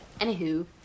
Anywho